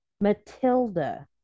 Matilda